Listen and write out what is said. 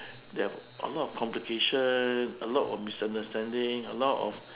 there are a lot of competition a lot of misunderstanding a lot of